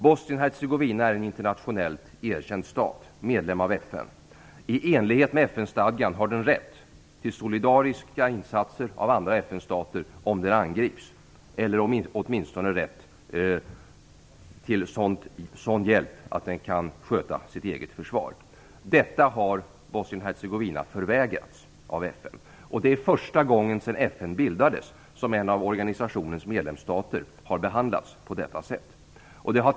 Bosnien-Hercegovina är en internationellt erkänd stat, medlem av FN. I enlighet med FN-stadgan har den rätt till solidariska insatser av andra FN-stater om den angrips, eller åtminstone rätt till sådan hjälp att den kan sköta sitt eget försvar. Detta har Bosnien-Hercegovina förvägrats av FN. Det är första gången sedan FN bildades som en av organisationens medlemsstater har behandlats på detta sätt.